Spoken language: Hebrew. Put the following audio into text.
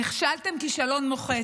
נכשלתם כישלון מוחץ.